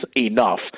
enough